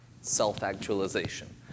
self-actualization